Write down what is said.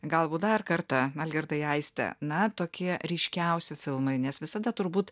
galbūt dar kartą algirdai aiste na tokie ryškiausi filmai nes visada turbūt